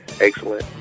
excellent